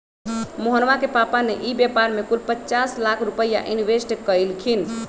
मोहना के पापा ने ई व्यापार में कुल पचास लाख रुपईया इन्वेस्ट कइल खिन